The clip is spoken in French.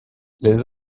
les